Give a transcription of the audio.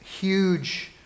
huge